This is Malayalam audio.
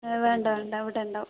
വേണ്ട വേണ്ട ഇവിടെ ഉണ്ടാവും